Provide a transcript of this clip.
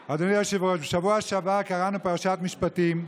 היושב-ראש, בשבוע שעבר קראנו בפרשת משפטים.